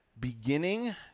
beginning